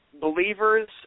believers